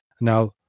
now